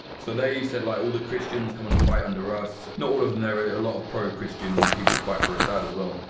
so they said, like all the christians come and fight under us. not all of them. there are a lot of pro christian people fight for assad as well.